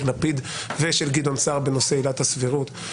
לפיד ושל גדעון סער בנושא עילת הסבירות,